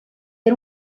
era